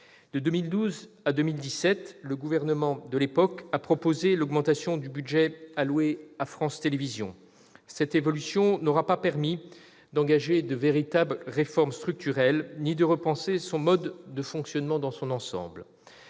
De 2012 à 2017, le gouvernement de l'époque a proposé l'augmentation du budget alloué à France Télévisions. Cette évolution n'aura pas permis d'engager de véritables réformes structurelles ni de repenser son mode de fonctionnement dans son ensemble.